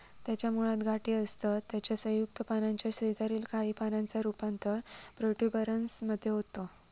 त्याच्या मुळात गाठी असतत त्याच्या संयुक्त पानाच्या शेजारील काही पानांचा रूपांतर प्रोट्युबरन्स मध्ये होता